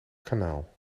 kanaal